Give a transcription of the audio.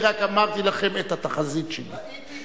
אני רק אמרתי לכם את התחזית שלי.